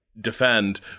defend